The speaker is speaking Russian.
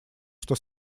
что